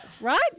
Right